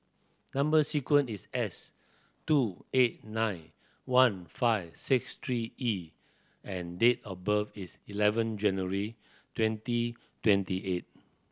number sequence is S two eight nine one five six three E and date of birth is eleven January twenty twenty eight